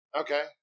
Okay